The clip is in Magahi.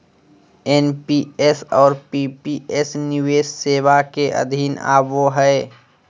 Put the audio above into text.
एन.पी.एस और पी.पी.एस निवेश सेवा के अधीन आवो हय